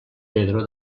pedro